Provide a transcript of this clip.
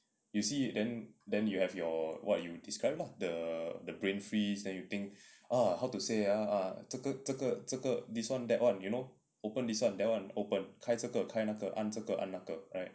you see then then you have your what you describe what the the brain freeze that you think a how to say ah 这个这个这个 this one that one you know open this one that one open 开这个开那个按这个按那个 right